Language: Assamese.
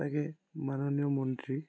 তাকে মাননীয় মন্ত্ৰী